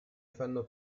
fanno